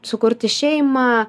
sukurti šeimą